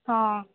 ହଁ